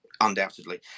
undoubtedly